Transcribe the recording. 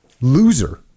loser